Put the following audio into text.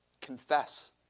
Confess